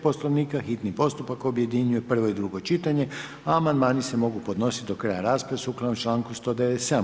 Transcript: Poslovnika, hitni postupak objedinjuje prvo i drugo čitanje, a amandmani se mogu podnositi do kraja rasprave sukladno članku 197.